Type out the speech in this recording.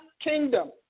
kingdom